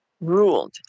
ruled